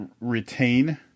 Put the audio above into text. retain